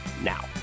now